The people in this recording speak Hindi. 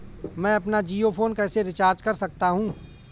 मैं अपना जियो फोन कैसे रिचार्ज कर सकता हूँ?